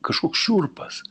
kažkoks šiurpas